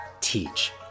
teach